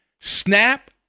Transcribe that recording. Snap